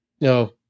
No